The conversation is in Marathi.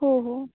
हो हो